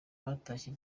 batashye